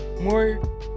more